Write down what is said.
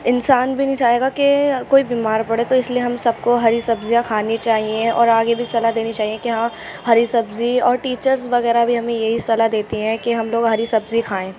انسان بھی نہیں چاہے گا کہ کوئی بیمار پڑے تو اس لیے ہم سب کو ہری سبزیاں کھانی چاہیے اور آگے بھی صلاح دینی چاہیے کہ ہاں ہری سبزی اور ٹیچرس وغیرہ بھی ہمیں یہی صلاح دیتی ہیں کہ ہم لوگ ہری سبزی کھائیں